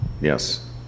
Yes